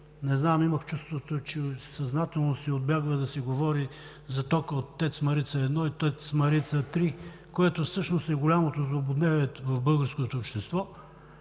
но имах чувството, че съзнателно се отбягва да се говори за тока от ТЕЦ „Марица 1“ и ТЕЦ „Марица 3“, което всъщност е голямото злободневие в българското общество.